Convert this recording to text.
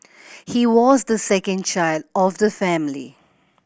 he was the second child of the family